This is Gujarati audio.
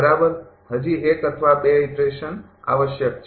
હજી એક અથવા ૨ ઈટરેશન આવશ્યક છે